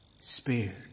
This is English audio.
spared